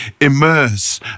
immerse